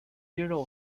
肌肉